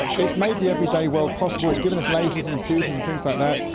it's made the everyday world possible, it's given us lasers and computers and things like that,